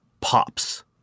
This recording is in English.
pops